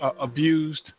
abused